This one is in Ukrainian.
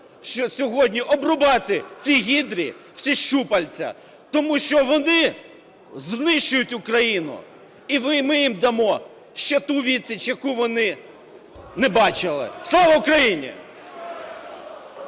сьогодні – обрубати цій гідрі всі щупальці. Тому що вони знищують Україну, і ми їм дамо ще ту відсіч, яку вони не бачили. Слава Україні!